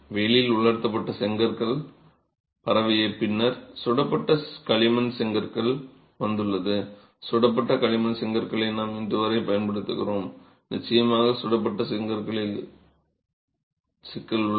வெயிலில் உலர்த்தப்பட்ட செங்கற்கள் பரவிய பின்னர் சுடப்பட்ட களிமண் செங்கற்கள் வந்துள்ளது சுடப்பட்ட களிமண் செங்கற்களை நாம் இன்றுவரை பயன்படுத்துகிறோம் நிச்சயமாக சுடப்பட்ட களிமண் செங்கற்களில் சிக்கல் உள்ளது